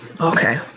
Okay